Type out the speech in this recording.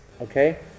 Okay